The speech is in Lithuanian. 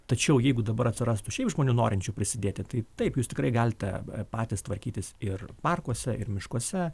tačiau jeigu dabar atsirastų šiaip žmonių norinčių prisidėti tai taip jūs tikrai galite patys tvarkytis ir parkuose ir miškuose